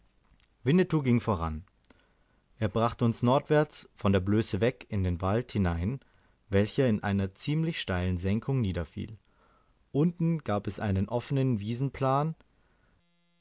winnetou ging voran er brachte uns nordwärts von der blöße weg in den wald hinein welcher in einer ziemlich steilen senkung niederfiel unten gab es einen offenen